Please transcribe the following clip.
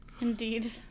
Indeed